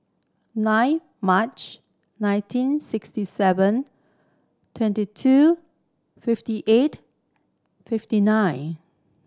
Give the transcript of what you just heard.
nine March nineteen sixty seven twenty two fifty eight fifty nine